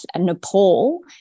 Nepal